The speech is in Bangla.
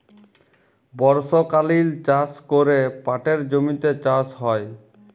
বর্ষকালীল চাষ ক্যরে পাটের জমিতে চাষ হ্যয়